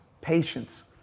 patience